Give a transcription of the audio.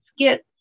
skits